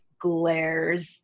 glares